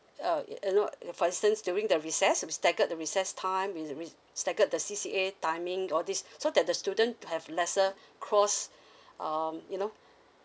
uh y~ you know like for instance during the recess we've staggered the recess time we we staggered the C_C_A timing all this so that the student have lesser cross um you know